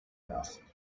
enough